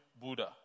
Buddha